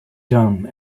done